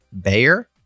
Bayer